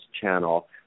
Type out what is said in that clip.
channel